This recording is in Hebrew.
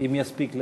אם יספיק להגיע.